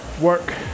work